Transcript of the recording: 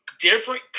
different